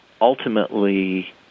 ultimately